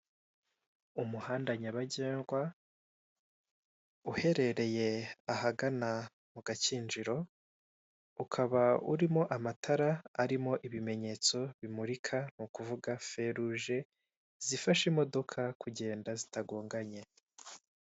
Umuhanda nyabagendwa, uherereye ahagana mu Gakinjiro, ukaba urimo amatara arimo ibimenyetso bimurika ni ukuvuga fe ruje, zifasha imodoka kugenda zitagonganye.